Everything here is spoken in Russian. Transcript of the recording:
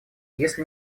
если